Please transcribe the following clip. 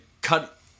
cut